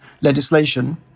legislation